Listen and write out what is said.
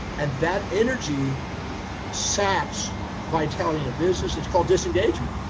and that energy saps vitality in a business, it's called disengagement.